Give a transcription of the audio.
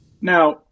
Now